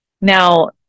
Now